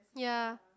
yeah